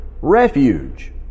refuge